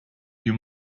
you